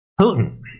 Putin